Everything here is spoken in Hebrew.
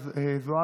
לידה),